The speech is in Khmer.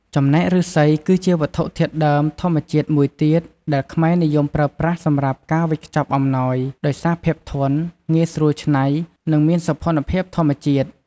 ចំណែកឫស្សីគឺជាវត្ថុធាតុដើមធម្មជាតិមួយទៀតដែលខ្មែរនិយមប្រើប្រាស់សម្រាប់ការវេចខ្ចប់អំណោយ ដោយសារភាពធន់ ងាយស្រួលច្នៃ និងមានសោភ័ណភាពធម្មជាតិ។